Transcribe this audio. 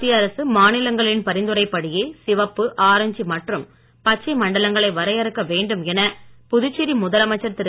மத்திய அரசு மாநிலங்களின் பரிந்துரைப்படியே சிவப்பு ஆரஞ்சு மற்றும் பச்சை மண்டலங்களை வரையறுக்க வேண்டும் என புதுச்சேரி முதலமைச்சர் திரு